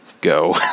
go